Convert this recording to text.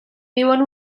viuen